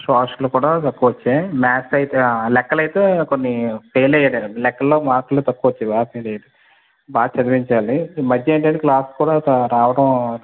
social కూడా తక్కువ వచ్చాయి మ్యాథ్స్ అయితే లెక్కలు అయితే కొన్నిఫెయిల్ అయ్యాడు లెక్కలులో మార్కులు తక్కువ వచ్చాయి బాగా ఫెయిల్ అయ్యాడు బాగా చదివించాలి ఈ మద్య ఏంటి అంటే క్లాసుకి కూడా సరిగా రావటం